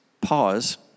pause